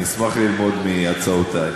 אני אשמח ללמוד מהצעותייך.